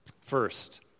First